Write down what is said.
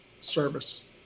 service